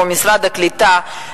משרד הקליטה,